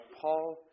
Paul